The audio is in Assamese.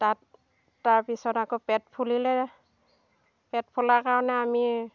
তাত তাৰ পিছত আকৌ পেট ফুলিলে পেট ফুলাৰ কাৰণে আমি